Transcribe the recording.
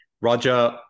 Roger